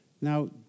Now